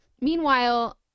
Meanwhile